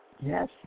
Yes